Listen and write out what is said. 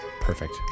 Perfect